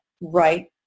right